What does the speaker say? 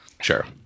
Sure